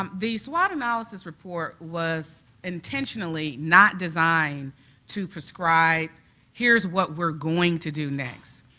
um the swot analysis report was intentionally not designed to prescribe here is what we're going to do next.